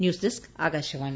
news desk Akashvani